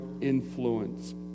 influence